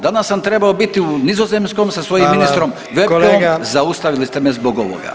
Danas sam trebao biti u nizozemskom sa svojim ministrom [[Upadica: Hvala.]] zaustavili ste me zbog ovoga.